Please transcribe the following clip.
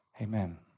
Amen